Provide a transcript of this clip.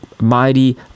mighty